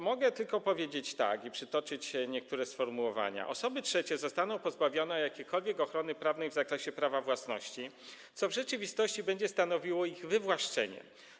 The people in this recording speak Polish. Mogę tylko powiedzieć tak i przytoczyć niektóre sformułowania: Osoby trzecie zostaną pozbawione jakiejkolwiek ochrony prawnej w zakresie prawa własności, co w rzeczywistości będzie stanowiło ich wywłaszczenie.